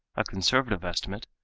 a conservative estimate,